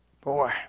Boy